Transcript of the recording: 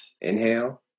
inhale